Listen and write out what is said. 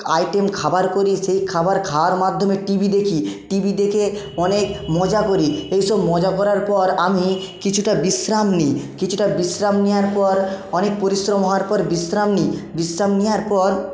item খাবার করি সেই খাবার খাওয়ার মাধ্যমে টি ভি দেখি টি ভি দেখে অনেক মজা করি এই সব মজা করার পর আমি কিছুটা বিশ্রাম নিই কিছুটা বিশ্রাম নেওয়ার পর অনেক পরিশ্রম হওয়ার পর বিশ্রাম নিই বিশ্রাম নেওয়ার পর